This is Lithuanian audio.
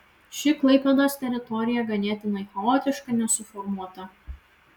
ši klaipėdos teritorija ganėtinai chaotiška nesuformuota